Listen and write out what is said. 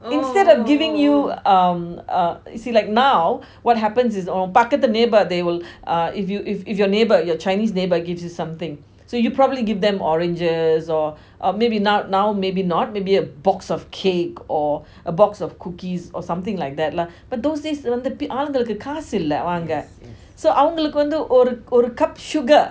instead of giving you um uh like now what happens is உன் பக்கத்து:un pakathu the neighbour they will uh if you if your neighbour your chinese neighbour gives you something so you probably give them oranges or or maybe now now maybe not maybe a box of cake or a box of cookies something like that lah but those days வந்து ஆளுங்களுக்கு காசு இல்ல வாங்க:vanthu aalungaluku kaasu illa vanga so அவங்களுக்கு வந்து ஒரு:avangaluku vanthu oru cup sugar